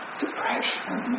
depression